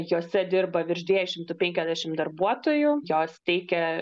jose dirba virš dviejų šimtų penkiasdešimt darbuotojų jos teikia